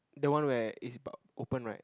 the one where is about open right